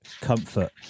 comfort